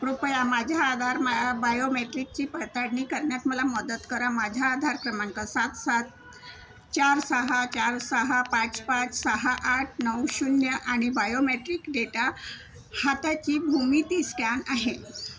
कृपया माझ्या आधार मा बायोमेट्रिकची पडताळणी करण्यात मला मदत करा माझा आधार क्रमांक सात सात चार सहा चार सहा पाच पाच सहा आठ नऊ शून्य आणि बायोमेट्रिक डेटा हाताची भूमिती स्कॅन आहे